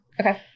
Okay